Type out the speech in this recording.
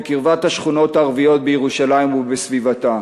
בקרבת השכונות הערביות בירושלים ובסביבתה.